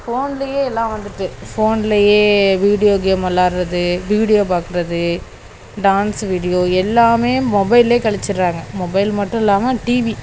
ஃபோன்லையே எல்லாம் வந்துவிட்டு ஃபோன்லையே வீடியோ கேம் விளாடுறது வீடியோ பார்க்குறது டான்ஸு வீடியோ எல்லாமே மொபைல்லையே கழிச்சிட்றாங்க மொபைல் மட்டும் இல்லாமல் டிவி